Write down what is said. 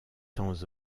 temps